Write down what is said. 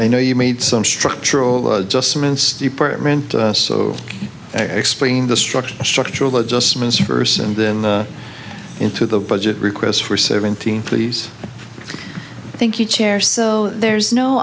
i know you made some structural adjustments department explain the structure of structural adjustments first and then into the budget requests for seventeen please thank you chair so there's no